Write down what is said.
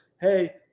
hey